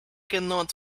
cannot